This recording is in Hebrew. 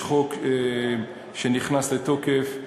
נכנס לתוקף חוק,